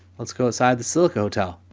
let's go inside the silica hotel.